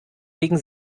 wegen